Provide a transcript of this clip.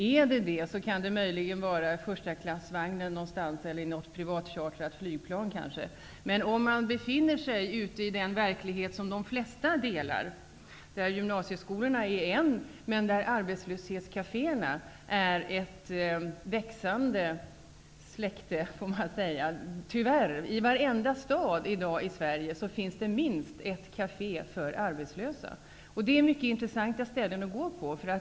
Är det så, kan det möjligen vara från förstaklassvagnen eller kanske från något privatchartrat flygplan. Till den verklighet som de flesta delar hör gymnasieskolan och även arbetslöshetskaféerna, som växer i antal. I varende stad i Sverige i dag finns det minst ett kafé för arbetslösa, och det är mycket intressanta ställen.